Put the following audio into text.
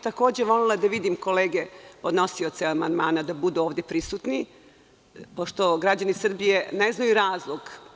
Takođe bih volela da vidim kolege podnosioce amandmana da budu ovde prisutni pošto građani Srbije ne znaju razlog.